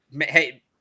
hey